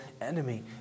enemy